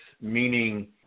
meaning